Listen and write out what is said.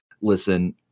listen